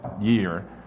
year